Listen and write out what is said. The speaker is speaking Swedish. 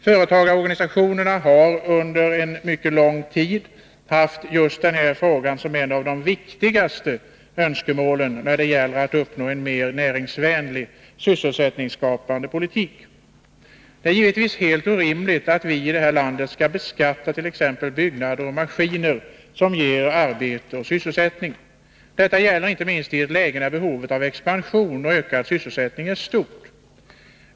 Företagarorganisationerna har under mycket lång tid haft just denna fråga som en av de viktigaste önskemålen när det gällt att uppnå en mera näringsvänlig och sysselsättningsskapande politik. Det är givetvis helt orimligt att vi i detta land skall beskatta t.ex. byggnader och maskiner, som ger arbete och sysselsättning. Detta gäller inte minst i ett läge när behovet av expansion och ökad sysselsättning är stort.